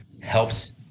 helps